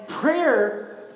prayer